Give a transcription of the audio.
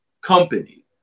company